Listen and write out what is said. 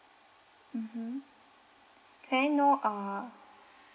mmhmm can I know uh